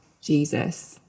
Jesus